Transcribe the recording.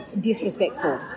disrespectful